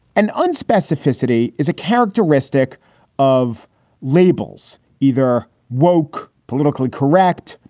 an unspecified city is a characteristic of labels, either woak politically correct.